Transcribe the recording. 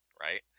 Right